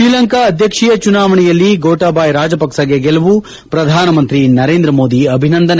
ಶ್ರೀಲಂಕಾ ಅಧ್ಯಕ್ಷೀಯ ಚುನಾವಣೆಯಲ್ಲಿ ಗೊಟಬಾಯ ರಾಜಪಕ್ಲಗೆ ಗೆಲುವು ಪ್ರಧಾನಮಂತ್ರಿ ನರೇಂದ್ರ ಮೋದಿ ಅಭಿನಂದನೆ